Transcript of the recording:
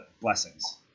blessings